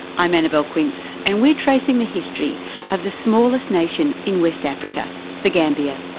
i'm annabelle quince and we're tracing the history of the smallest nation in west africa the gambia.